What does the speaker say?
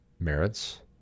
merits